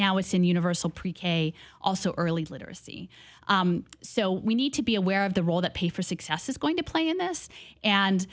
now it's in universal pre k also early literacy so we need to be aware of the role that pay for success is going to play in this and